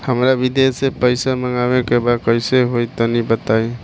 हमरा विदेश से पईसा मंगावे के बा कइसे होई तनि बताई?